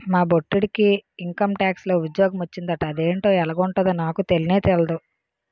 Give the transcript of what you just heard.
మా బొట్టిడికి ఇంకంటాక్స్ లో ఉజ్జోగ మొచ్చిందట అదేటో ఎలగుంటదో నాకు తెల్నే తెల్దు